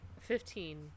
Fifteen